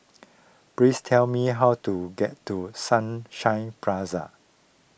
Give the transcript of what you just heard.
please tell me how to get to Sunshine